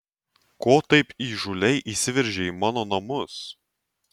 ko taip įžūliai įsiveržei į mano namus